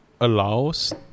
allows